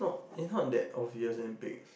is not that obvious and big